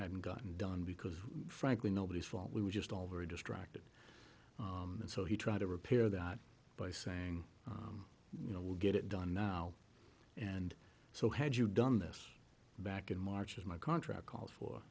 hadn't gotten done because frankly nobody's fault we were just all very distracted and so he tried to repair that by saying you know we'll get it done now and so had you done this back in march of my contract calls for